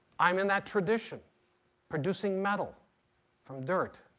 i'm in that tradition producing metal from dirt.